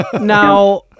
now